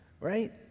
Right